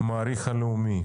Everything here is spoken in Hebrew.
הרשות לחדשנות, המעריך הלאומי.